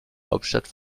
hauptstadt